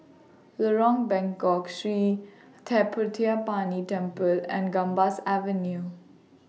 Lorong Bengkok Sri Thendayuthapani Temple and Gambas Avenue